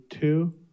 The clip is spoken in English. two